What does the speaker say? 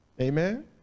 Amen